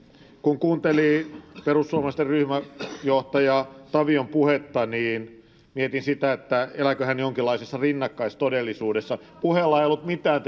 kun kuuntelin perussuomalaisten ryhmäjohtaja tavion puhetta niin mietin sitä että elääkö hän jonkinlaisessa rinnakkaistodellisuudessa puheella ei ollut mitään